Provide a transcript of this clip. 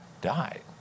died